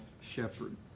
shepherd